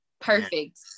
perfect